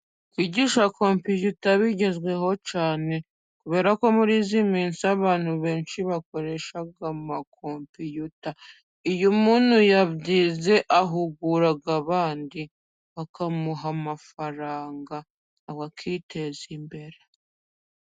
Kwigisha kompiyuta bigezweho cyane. Kubera ko muri iyi minsi abantu benshi bakoresha amakompiyuta， iyo umuntu yabyize，ahugura abandi， bakamuha amafaranga akiteza imbere.